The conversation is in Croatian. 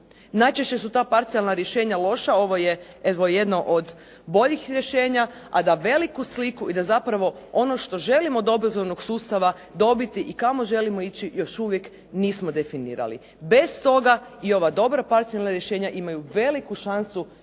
Najčešće su ta parcijalna rješenja loša evo ovo je jedno od boljih rješenja, a da veliku sliku i da zapravo želimo od obrazovnog sustava dobiti i kamo želimo ići još uvijek nismo definirali. Bez toga i ova dobra parcijalna rješenja imaju veliku šansu